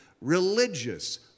religious